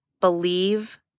believe